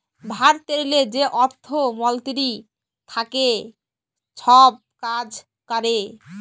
ভারতেরলে যে অর্থ মলতিরি থ্যাকে ছব কাজ ক্যরে